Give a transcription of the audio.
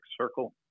Circle